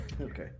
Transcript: Okay